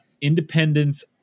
independence